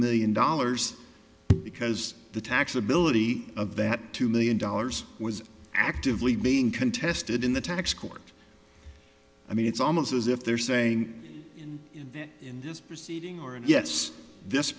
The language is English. million dollars because the taxability of that two million dollars was actively being contested in the tax court i mean it's almost as if they're saying in this proceeding or and yes th